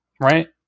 right